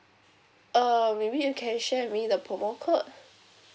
err maybe you can share with me the promo code